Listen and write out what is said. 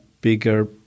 bigger